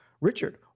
Richard